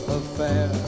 affair